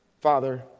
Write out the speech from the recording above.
Father